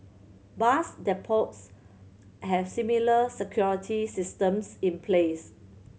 bus depots have similar security systems in place